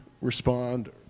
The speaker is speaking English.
respond